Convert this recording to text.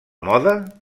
moda